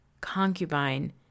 Concubine